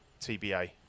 TBA